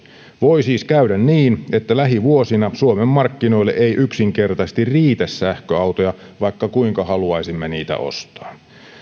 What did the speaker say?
voi siis käydä niin että lähivuosina suomen markkinoille ei yksinkertaisesti riitä sähköautoja vaikka kuinka haluaisimme niitä ostaa